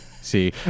see